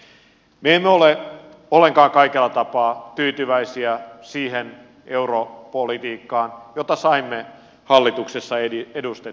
me emme ole ollenkaan kaikella tapaa tyytyväisiä siihen europolitiikkaan jota saimme hallituksessa edistettyä